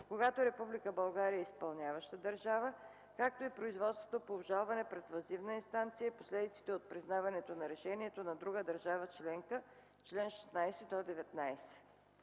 България е изпълняваща държава, както и производството по обжалване пред въззивна инстанция и последиците от признаването на решението на друга държава членка (чл. 16-19).